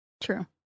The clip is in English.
true